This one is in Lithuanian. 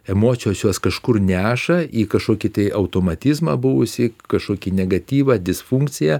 emocijos juos kažkur neša į kažkokį tai automatizmą buvusį kažkokį negatyvą disfunkciją